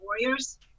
warriors